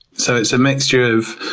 so it's a mixture of